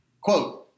Quote